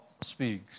speaks